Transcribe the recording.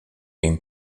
been